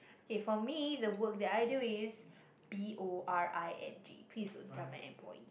okay for me the work that I do is B_O_R_I_N_G please don't tell my employe~